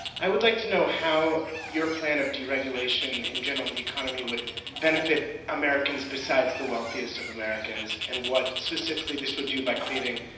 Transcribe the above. i would like to know how your plan of deregulation in general in the economy would benefit americans besides the wealthiest of americans and what specifically this would do by creating,